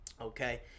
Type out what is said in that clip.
okay